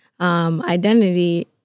identity